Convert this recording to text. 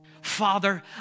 Father